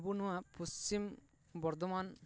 ᱟᱵᱚ ᱱᱚᱣᱟ ᱯᱚᱥᱪᱷᱤᱢ ᱵᱚᱨᱫᱷᱚᱢᱟᱱ